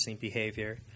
behavior